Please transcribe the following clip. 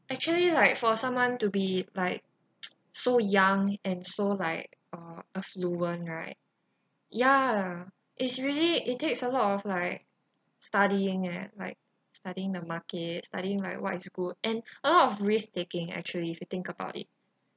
actually like for someone to be like so young and so like uh affluent right ya it's really it takes a lot of like studying leh like studying the market studying like what is good and a lot of risk taking actually if you think about it